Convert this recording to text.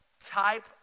type